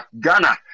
Ghana